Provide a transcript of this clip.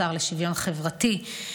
השר לשוויון חברתי,